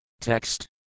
Text